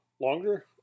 longer